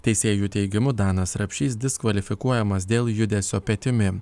teisėjų teigimu danas rapšys diskvalifikuojamas dėl judesio petimi